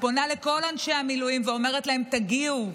ופונה לכל אנשי המילואים ואומרת להם: תגיעו,